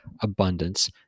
abundance